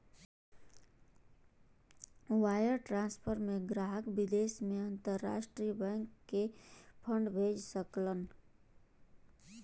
wire transfer में ग्राहक विदेश में अंतरराष्ट्रीय बैंक के फंड भेज सकलन